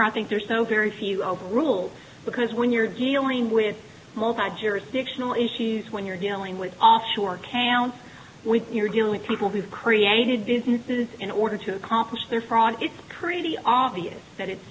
honor i think there's so very few overrules because when you're dealing with multiple jurisdictional issues when you're dealing with offshore accounts when you're dealing with people who've created businesses in order to accomplish their fraud it's pretty obvious that it